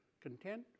content